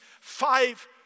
five